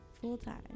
full-time